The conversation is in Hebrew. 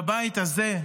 בבית הזה,